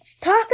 Talk